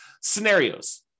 scenarios